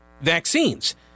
vaccines